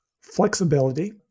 flexibility